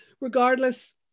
regardless